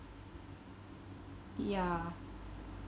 yeah